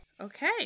Okay